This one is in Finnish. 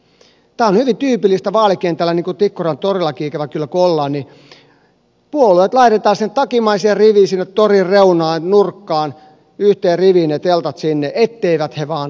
tämä on hyvin tyypillistä vaalikentillä niin kuin tikkurilan torillakin ikävä kyllä kun ollaan niin puolueet laitetaan takimmaiseen riviin sinne torin reunaan nurkkaan yhteen riviin ne teltat sinne etteivät he vain häiritse kansaa